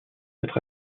être